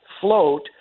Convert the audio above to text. float